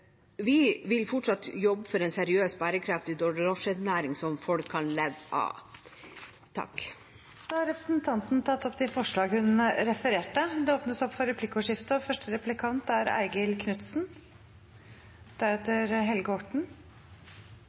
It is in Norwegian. Vi vil fortsatt jobbe for en seriøs, bærekraftig drosjenæring som folk kan leve av. Da har representanten Siv Mossleth tatt opp de forslagene hun refererte til. Det blir replikkordskifte. Arbeiderpartiet og